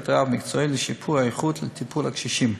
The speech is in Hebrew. רב-מקצועי לשיפור איכות הטיפול בקשישים.